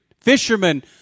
Fishermen